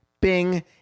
bing